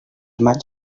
maigs